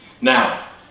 Now